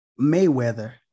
Mayweather